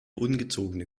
ungezogene